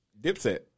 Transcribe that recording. Dipset